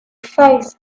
face